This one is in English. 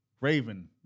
Raven